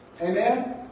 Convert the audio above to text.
Amen